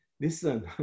Listen